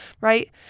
right